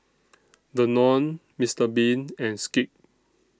Danone Mister Bean and Schick